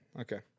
Okay